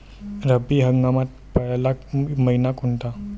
रब्बी हंगामातला पयला मइना कोनता?